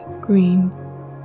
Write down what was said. green